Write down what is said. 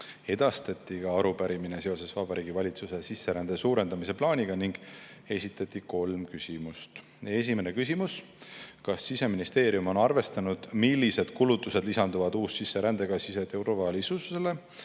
edastati arupärimine Vabariigi Valitsuse sisserände suurendamise plaani kohta ning esitati kolm küsimust. Esimene küsimus: "Kas Siseministeerium on arvestanud, millised kulutused lisanduvad uussisserändega siseturvalisusele?